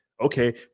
Okay